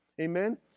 Amen